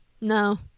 No